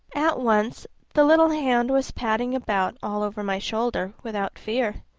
at once the little hand was patting about all over my shoulder without fear.